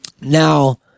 Now